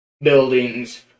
buildings